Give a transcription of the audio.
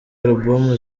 album